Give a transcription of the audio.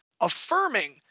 affirming